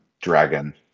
dragon